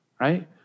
right